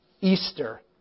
Easter